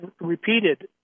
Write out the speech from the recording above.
repeated